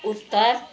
उत्तर